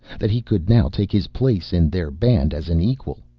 that he could now take his place in their band as an equal.